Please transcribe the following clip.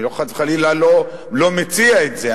אני, חס וחלילה, לא מציע את זה.